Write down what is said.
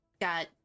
got